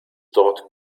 dort